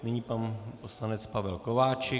Nyní pan poslanec Pavel Kováčik.